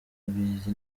abizi